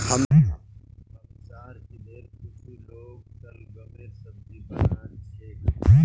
हमसार इधर कुछू लोग शलगमेर सब्जी बना छेक